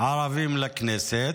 ערבים לכנסת,